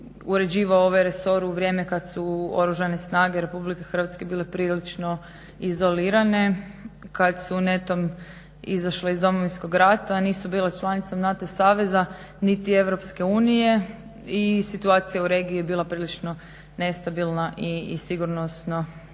uređivao ovaj resor u vrijeme kada su Oružane snage Republike Hrvatske bile prilično izolirane, kada su netom izašle iz Domovinskog rata, nisu bile članicom NATO saveza niti Europske unije i situacija u regiji je bila prilično nestabilna i sigurnosno i politički.